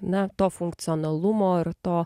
na to funkcionalumo ir to